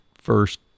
first